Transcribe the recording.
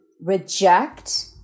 reject